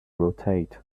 rotate